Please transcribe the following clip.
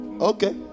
okay